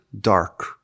dark